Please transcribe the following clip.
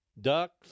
Ducks